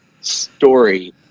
story